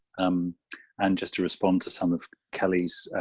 um and just to respond to some of kelly's